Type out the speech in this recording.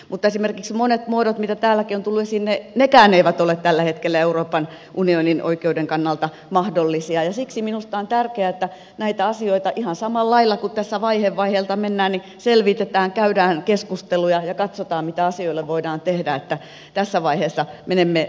mutta esimerkiksi monet muodot mitä täälläkin on tullut esiin eivät ole tällä hetkellä euroopan unionin oikeuden kannalta mahdollisia ja siksi minusta on tärkeää että näitä asioita ihan samalla lailla kun tässä vaihe vaiheelta mennään selvitetään käydään keskusteluja ja katsotaan mitä asioille voidaan tehdä tässä vaiheessa menemme nyt